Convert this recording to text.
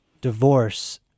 divorce